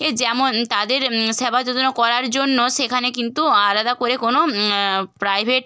এ যেমন তাদের সেবা যত্ন করার জন্য সেখানে কিন্তু আলাদা করে কোনো প্রাইভেট